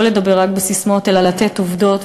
לא לדבר רק בססמאות אלא לתת עובדות,